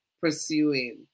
pursuing